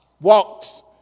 walks